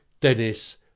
Dennis